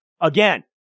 again